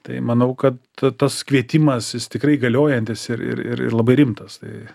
tai manau kad tas kvietimas jis tikrai galiojantis ir ir ir labai rimtas tai